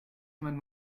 jemand